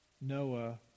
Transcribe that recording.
Noah